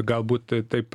galbūt taip